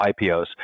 IPOs